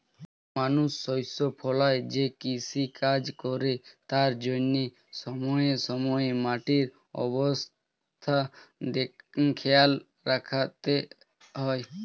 মানুষ শস্য ফলায় যে কৃষিকাজ করে তার জন্যে সময়ে সময়ে মাটির অবস্থা খেয়াল রাখতে হয়